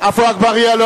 עפו אגבאריה,